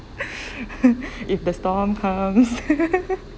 if the storm comes